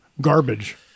Garbage